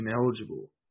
ineligible